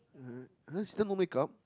uh still no makeup